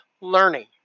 learning